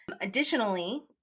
Additionally